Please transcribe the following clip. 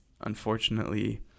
unfortunately